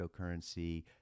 cryptocurrency